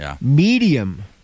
medium